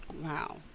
Wow